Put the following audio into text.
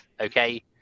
okay